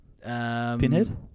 Pinhead